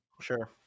Sure